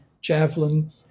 javelin